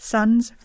Son's